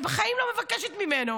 אני בחיים לא מבקשת ממנו.